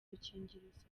udukingirizo